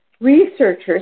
Researchers